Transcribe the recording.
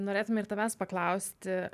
norėtume ir tavęs paklausti